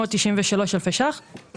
אלפי ₪